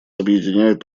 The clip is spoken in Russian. объединяет